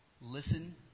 listen